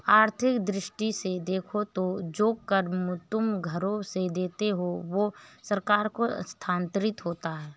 आर्थिक दृष्टि से देखो तो जो कर तुम घरों से देते हो वो सरकार को हस्तांतरित होता है